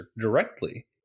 directly